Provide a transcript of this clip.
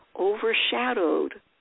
overshadowed